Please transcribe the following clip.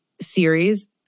series